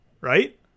right